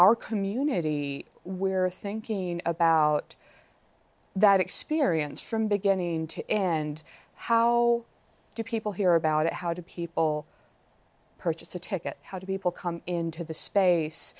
our community where thinking about that experience from beginning to end how do people hear about it how do people purchase a ticket how do people come into the space